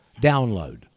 download